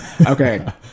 Okay